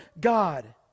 God